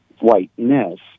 whiteness